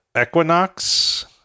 Equinox